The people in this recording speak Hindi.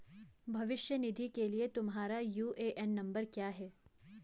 भविष्य निधि के लिए तुम्हारा यू.ए.एन नंबर क्या है?